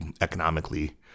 economically